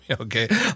Okay